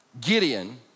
Gideon